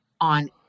on